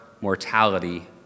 mortality